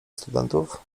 studentów